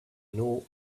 know